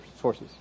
sources